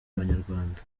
abanyarwanda